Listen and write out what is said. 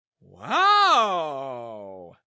Wow